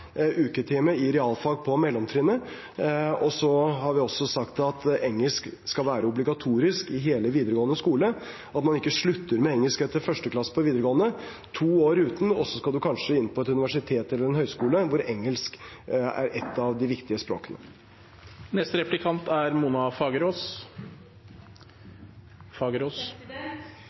uketime i realfag på mellomtrinnet. Vi har også sagt at engelsk skal være obligatorisk i hele videregående skole – at man ikke slutter med engelsk etter første klasse på videregående, går to år uten, og så skal man kanskje inn på et universitet eller en høyskole hvor engelsk er et av de viktige